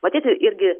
matyti irgi